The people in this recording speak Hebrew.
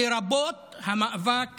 לרבות המאבק